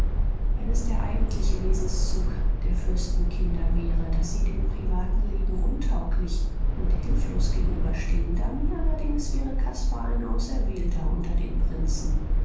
wenn es der eigentliche wesenszug der fürstenkinder wäre daß sie dem privaten leben untauglich und hilflos gegenüberstehen dann allerdings wäre caspar ein auserwählter unter den prinzen